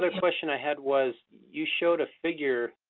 but question i had was you showed a figure